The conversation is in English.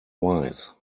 wise